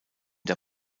der